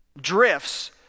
drifts